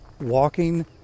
walking